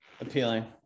appealing